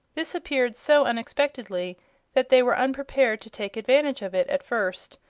this appeared so unexpectedly that they were unprepared to take advantage of it at first,